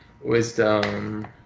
Wisdom